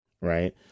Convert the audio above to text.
right